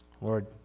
Lord